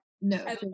no